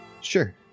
Sure